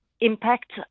impact